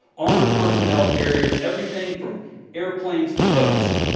armored personnel carriers, everything from airplanes to boats.